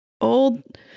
old